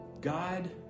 God